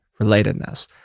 relatedness